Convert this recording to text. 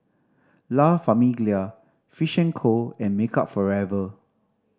La Famiglia Fish and Co and Makeup Forever